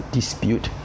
dispute